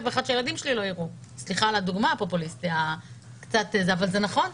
ואחד שהילדים שלי לא יראו סליחה על הדוגמה אבל זה נכון.